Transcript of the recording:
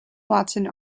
watson